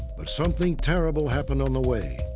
but something terrible happened on the way.